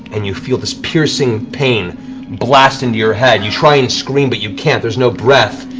and you feel this piercing pain blast into your head. you try and scream, but you can't. there's no breath.